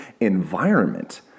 environment